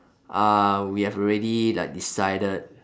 uh we have already like decided